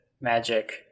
Magic